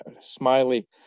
Smiley